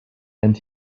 and